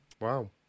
Wow